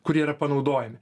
kur jie yra panaudojami